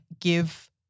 give